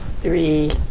Three